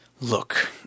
look